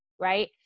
right